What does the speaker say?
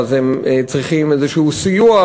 ואז הם צריכים איזשהו סיוע,